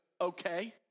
okay